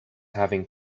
having